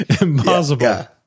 Impossible